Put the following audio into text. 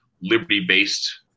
liberty-based